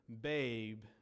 Babe